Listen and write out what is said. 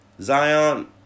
Zion